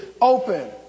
open